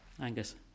Angus